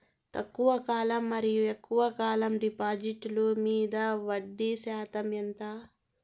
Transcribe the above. తక్కువ కాలం మరియు ఎక్కువగా కాలం డిపాజిట్లు మీద వడ్డీ శాతం ఎంత?